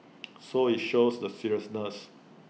so IT shows the seriousness